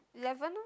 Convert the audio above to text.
eleven lor